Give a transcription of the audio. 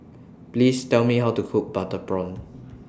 Please Tell Me How to Cook Butter Prawn